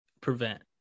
prevent